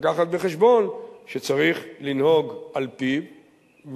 להביא בחשבון שצריך לנהוג על-פיו,